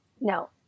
No